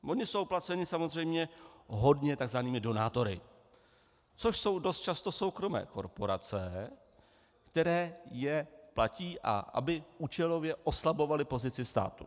Oni jsou placeni samozřejmě hodně takzvanými donátory, což jsou dost často soukromé korporace, které je platí, aby účelově oslabovaly pozici státu.